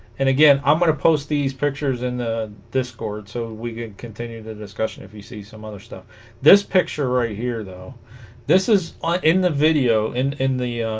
and again i'm gonna post these pictures in the discord so we can continue the discussion if you see some other stuff this picture right here though this is ah in the video in in the